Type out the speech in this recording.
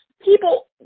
people